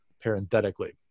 parenthetically